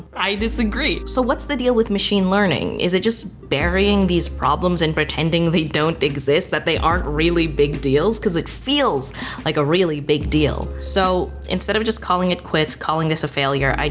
i disagree. so what's the deal with machine learning? is it just burying these problems and pretending they don't exist, that they aren't really big deals? cause it feels like a really big deal. so instead of just calling it quits, calling this a failure,